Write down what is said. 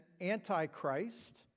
antichrist